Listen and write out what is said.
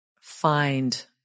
find